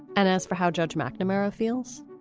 and as for how judge macnamara feels,